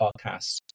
podcasts